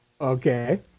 okay